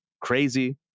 crazy